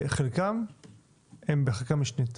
וחלקן בחקיקה משנית?